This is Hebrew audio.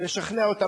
לשכנע אותם.